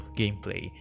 gameplay